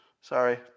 sorry